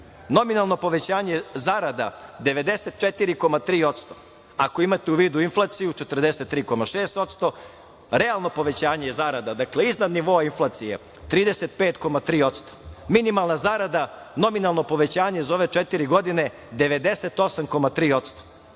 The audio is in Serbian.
Nominalno povećanje zarada 94,3%, ako imate u vidu inflaciju 43,6%, realno povećanje zarada, dakle iznad nivoa inflacije 35,3%. Minimalna zarada, nominalno povećanje za ove četiri godine 98,3%,